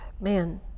man